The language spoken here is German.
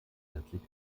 endlich